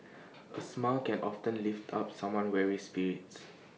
A smile can often lift up someone weary spirit